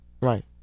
Right